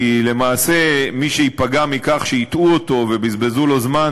כי למעשה מי שייפגע מכך שהטעו אותו ובזבזו לו זמן